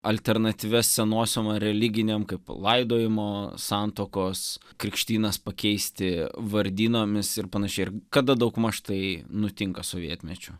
alternatyvias senosioms religinėm kaip laidojimo santuokos krikštynas pakeisti vardynomis ir panašiai ir kada daugmaž tai nutinka sovietmečiu